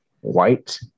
white